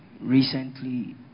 recently